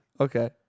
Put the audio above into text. Okay